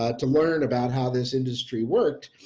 ah to learn about how this industry works.